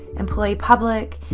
employee public,